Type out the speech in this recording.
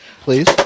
please